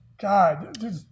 God